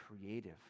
creative